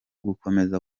gukomeza